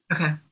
Okay